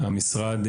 במשרד,